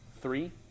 Three